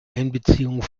einbeziehung